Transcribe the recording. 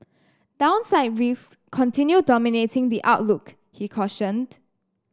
downside rise continue dominating the outlook he cautioned